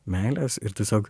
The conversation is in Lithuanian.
meilės ir tiesiog